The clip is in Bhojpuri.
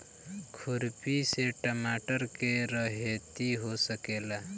खुरपी से टमाटर के रहेती हो सकेला?